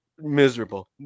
miserable